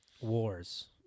wars